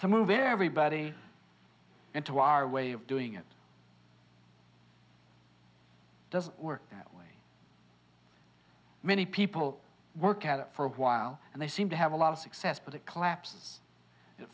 move everybody into our way of doing it doesn't work that way many people work at it for a while and they seem to have a lot of success but it collapse